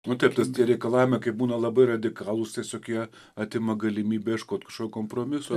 nu taip ti tie reikalavimai kai būna labai radikalūs tiesiog jie atima galimybę ieškot kažko kompromiso